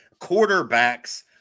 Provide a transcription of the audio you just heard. quarterbacks